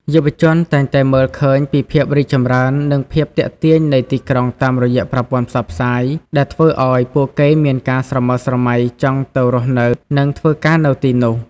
យុវជនតែងតែមើលឃើញពីភាពរីកចម្រើន និងភាពទាក់ទាញនៃទីក្រុងតាមរយៈប្រព័ន្ធផ្សព្វផ្សាយ ដែលធ្វើឲ្យពួកគេមានការស្រមើស្រមៃចង់ទៅរស់នៅ និងធ្វើការនៅទីនោះ។